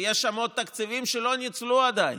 ויש שם עוד תקציבים שלא ניצלו עדיין.